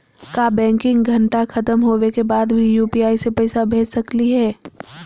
का बैंकिंग घंटा खत्म होवे के बाद भी यू.पी.आई से पैसा भेज सकली हे?